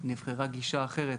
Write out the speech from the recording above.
גישה אחרת